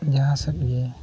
ᱡᱟᱦᱟᱸ ᱥᱮᱫᱜᱮ